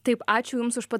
taip ačiū jums už pa